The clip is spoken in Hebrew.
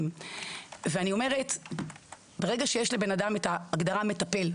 ברגע שיש לבן אדם את ההגדרה מטפל,